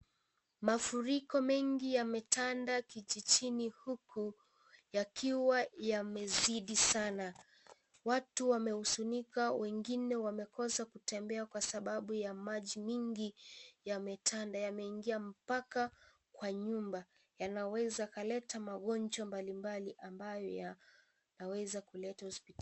Mafuriko mengi yametanda kijijini huku yakiwa yamezidi sana, watu wamekosa kutembea kwa sababu ya maji mingi yametanda, yameingia mpaka kwa nyumba .yanaweza kaleta magonjwa mbalimbali ambayo yanaweza kuketa hosiptali.